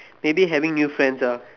maybe having new friends ah